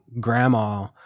grandma